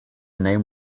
name